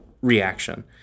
reaction